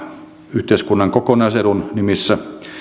yhteiskunnan kokonaisedun nimissä